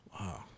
Wow